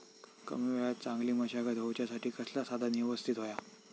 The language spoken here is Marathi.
कमी वेळात चांगली मशागत होऊच्यासाठी कसला साधन यवस्तित होया?